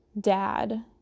dad